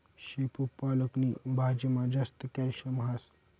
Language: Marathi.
शेपू पालक नी भाजीमा जास्त कॅल्शियम हास